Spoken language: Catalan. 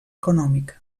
econòmica